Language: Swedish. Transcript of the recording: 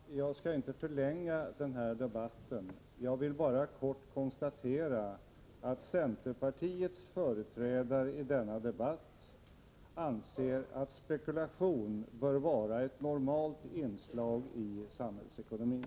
Herr talman! Jag skall inte förlänga den här debatten. Jag vill bara kort konstatera att centerpartiets företrädare i denna debatt anser att spekulation bör vara ett normalt inslag i samhällsekonomin.